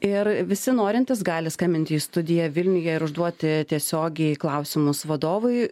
ir visi norintys gali skambinti į studiją vilniuje ir užduoti tiesiogiai klausimus vadovui